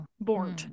Born